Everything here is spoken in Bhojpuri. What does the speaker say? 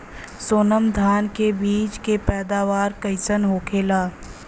सोनम धान के बिज के पैदावार कइसन होखेला?